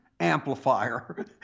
amplifier